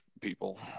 people